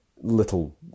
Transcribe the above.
little